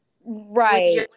Right